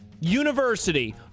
university